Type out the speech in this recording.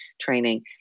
training